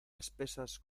espesas